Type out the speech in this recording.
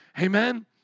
Amen